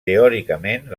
teòricament